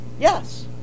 Yes